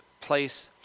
place